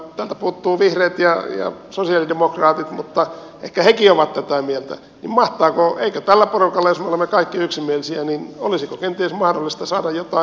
täältä puuttuvat vihreät ja sosialidemokraatit mutta kun ehkä hekin ovat tätä mieltä niin eikö tällä porukalla jos me olemme kaikki yksimielisiä olisi kenties mahdollista saada jotain aikaiseksikin